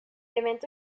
evento